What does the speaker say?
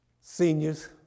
seniors